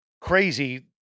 crazy